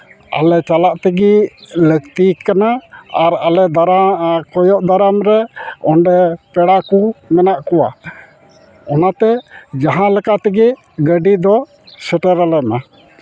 ᱟᱞᱮ ᱪᱟᱞᱟᱜ ᱛᱮᱜᱮ ᱞᱟᱹᱠᱛᱤ ᱠᱟᱱᱟ ᱟᱨ ᱟᱞᱮ ᱠᱚᱭᱚᱜ ᱫᱟᱨᱟᱢ ᱨᱮ ᱚᱸᱰᱮ ᱯᱮᱲᱟ ᱠᱚ ᱢᱮᱱᱟᱜ ᱠᱚᱣᱟ ᱚᱱᱟᱛᱮ ᱡᱟᱦᱟᱸ ᱞᱮᱠᱟ ᱛᱮᱜᱮ ᱜᱟᱹᱰᱤ ᱫᱚ ᱥᱮᱴᱮᱨ ᱟᱞᱮ ᱢᱮ